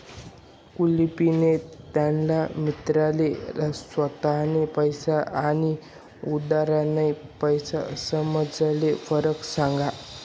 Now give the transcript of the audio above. कुलदिपनी त्याना मित्रले स्वताना पैसा आनी उधारना पैसासमझारला फरक सांगा